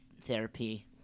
therapy